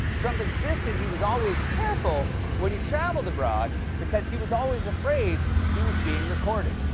trump insisted he was always careful when he traveled abroad because he was always afraid he was being recorded.